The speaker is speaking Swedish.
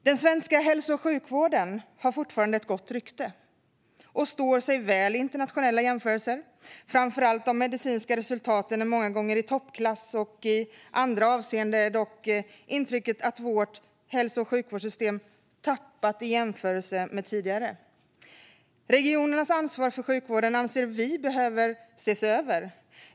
Den svenska hälso och sjukvården har fortfarande ett gott rykte och står sig väl i internationella jämförelser. Framför allt de medicinska resultaten är många gånger i toppklass. I andra avseenden är dock intrycket att vårt hälso och sjukvårdssystem tappat i jämförelse med tidigare. Regionernas ansvar för sjukvården anser vi behöver ses över.